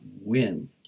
win